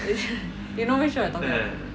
you know which show I'm talking about